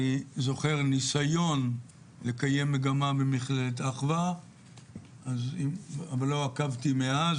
אני זוכר ניסיון לקיים מגמה במכללת אחווה אבל לא עקבתי מאז.